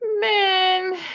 Man